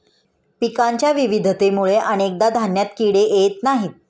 पिकांच्या विविधतेमुळे अनेकदा धान्यात किडे येत नाहीत